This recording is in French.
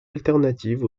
alternative